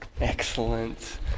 Excellent